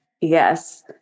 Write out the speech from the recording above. Yes